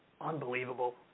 Unbelievable